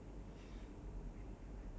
their health lah ya